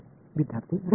மாணவர்Z